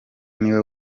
niwe